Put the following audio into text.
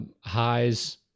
High's